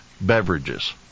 beverages